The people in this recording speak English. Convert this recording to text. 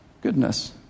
goodness